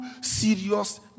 serious